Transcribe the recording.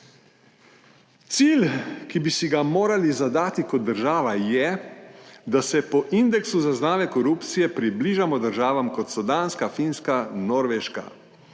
Cilj, ki bi si ga morali zadati kot država je, da se po indeksu zaznave korupcije približamo državam kot so Danska, Finska, Norveška,